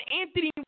Anthony